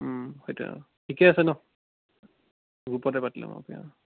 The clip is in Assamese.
সেইটোৱে আৰু ঠিকেই আছে ন গ্ৰুপতে পাতি ল'ম অ'